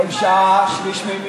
ושמעתי, כל שעה שליש מימייה.